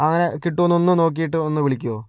ആ അങ്ങനെ കിട്ടുമോയെന്നൊന്നു നോക്കിയിട്ട് ഒന്നു വിളിക്കുമോ